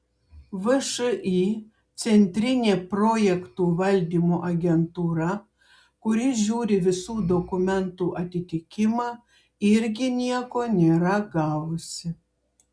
všį centrinė projektų valdymo agentūra kuri žiūri visų dokumentų atitikimą irgi nieko nėra gavusi